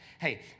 Hey